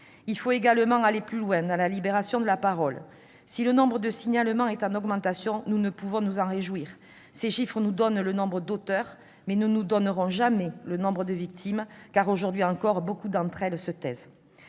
Il faut également aller plus loin dans la libération de la parole ! Si le nombre de signalements est en augmentation, nous ne pouvons nous en réjouir. Ces chiffres nous donnent le nombre d'auteurs, mais ne nous informeront jamais sur le nombre de victimes, car, aujourd'hui encore, beaucoup d'entre elles se taisent.